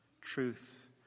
truth